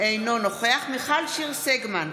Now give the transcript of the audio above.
אינו נוכח מיכל שיר סגמן,